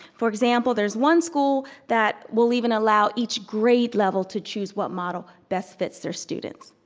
for example, there is one school that will even allow each grade level to choose what model best fits their students.